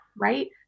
right